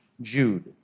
Jude